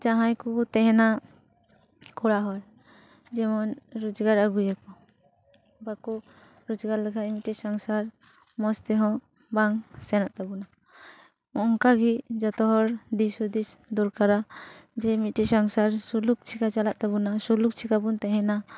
ᱡᱟᱦᱟᱸᱭ ᱠᱚ ᱠᱚ ᱛᱟᱦᱮᱸᱱᱟ ᱠᱚᱲᱟ ᱦᱚᱲ ᱡᱮᱢᱚᱱ ᱨᱚᱡᱽᱜᱟᱨ ᱟᱹᱜᱩᱭᱟᱠᱚ ᱵᱟᱠᱚ ᱨᱚᱡᱽᱜᱟᱨ ᱞᱮᱠᱷᱟᱱ ᱢᱤᱫᱴᱮᱱ ᱥᱚᱝᱥᱟᱨ ᱢᱚᱡᱽ ᱛᱮᱦᱚᱸ ᱵᱟᱝ ᱥᱮᱱᱚᱜ ᱛᱟᱵᱚᱱᱟ ᱚᱱᱠᱟ ᱜᱮ ᱡᱚᱛᱚ ᱦᱚᱲ ᱫᱤᱥ ᱦᱩᱫᱤᱥ ᱫᱚᱨᱠᱟᱨᱟ ᱡᱮ ᱢᱤᱫᱴᱮᱱ ᱥᱚᱝᱥᱟᱨ ᱥᱩᱞᱩᱠ ᱪᱮᱠᱟ ᱪᱟᱞᱟᱜ ᱛᱟᱵᱚᱱᱟ ᱥᱩᱞᱩᱠ ᱪᱮᱠᱟ ᱵᱚᱱ ᱛᱟᱦᱮᱸᱱᱟ